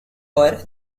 were